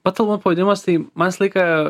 pats albumo pavadinimas tai man visą laiką